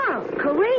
Correct